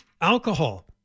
alcohol